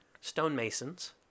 stonemasons